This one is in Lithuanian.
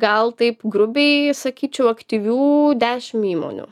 gal taip grubiai sakyčiau aktyvių dešim įmonių